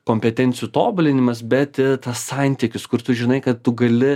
kompetencijų tobulinimas bet ir tas santykis kur tu žinai kad tu gali